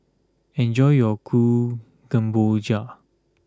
enjoy your Kuih Kemboja